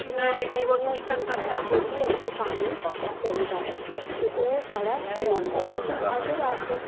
जि'यां गर्मियें च डेली असेंगी पानी चाहिदा गै ते ओह् साढ़े नेईं आंदा ऐ लेकिन अगर अस